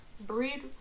Breed